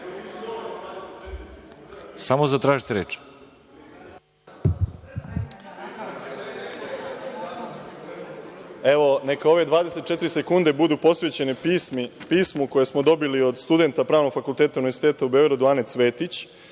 reč. **Boško Obradović** Neka ove 24 sekunde budu posvećene pismu koje smo dobili od studenta Pravnog fakulteta Univerziteta u Beogradu, Ane Cvetić